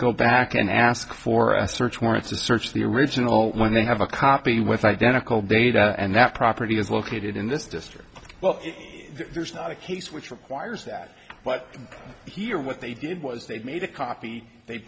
go back and ask for a search warrant to search the original one they have a copy with identical data and that property is located in this district well there's not a case which requires that but here what they did was they made a copy they